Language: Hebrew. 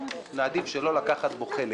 נעדיף שלא לקחת בו חלק.